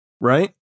Right